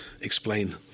explain